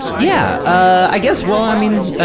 yeah. i guess, well, i mean,